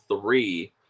three